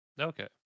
Okay